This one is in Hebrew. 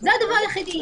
זה הדבר היחידי.